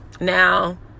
now